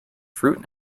fruit